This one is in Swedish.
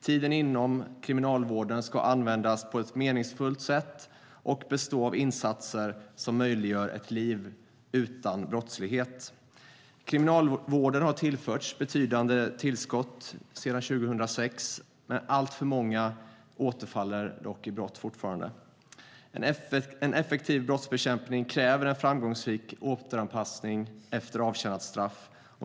Tiden inom kriminalvården ska användas på ett meningsfullt sätt och bestå av insatser som möjliggör ett liv utan brottslighet. Kriminalvården har tillförts betydande tillskott sedan 2006, men fortfarande återfaller alltför många i brott. Effektiv brottsbekämpning kräver framgångsrik återanpassning efter avtjänat straff.